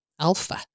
Alpha